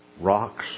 rocks